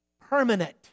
permanent